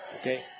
Okay